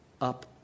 up